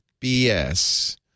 bs